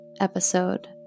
episode